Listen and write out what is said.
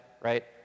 right